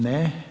Ne.